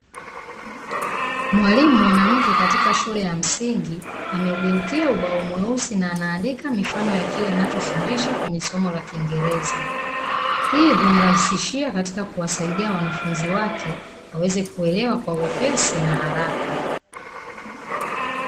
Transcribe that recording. Mwalimu mwanamke katika shule ya msingi ameugeukia ubao mweusi na andika mifano ya kile anacho fundisha kwenye somo la kingereza, hii humurahisishia katika kuwasaidia wanafunzi wake waweze kuelewa kwa wepesi na haraka.